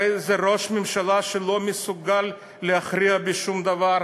הרי זה ראש ממשלה שלא מסוגל להכריע בשום דבר.